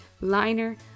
liner